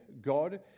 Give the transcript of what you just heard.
God